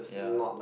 ya